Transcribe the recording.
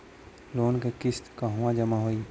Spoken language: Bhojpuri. लोन के किस्त कहवा जामा होयी?